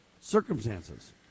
circumstances